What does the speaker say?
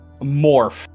morph